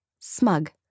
smug